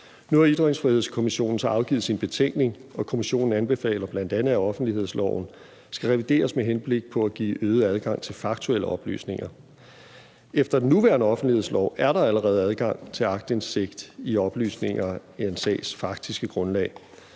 Nu har Ytringsfrihedskommissionen så afgivet sin betænkning, og kommissionen anbefaler bl.a., at offentlighedsloven revideres med henblik på at give øget adgang til faktuelle oplysninger. Efter den nuværende offentlighedslov er der allerede adgang til aktindsigt i oplysninger i en sags faktiske grundlag.